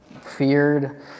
feared